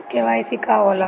KYC का होला?